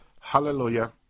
Hallelujah